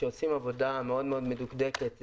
כשנעשית עבודה מדוקדקת מאוד,